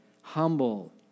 humble